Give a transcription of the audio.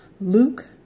Luke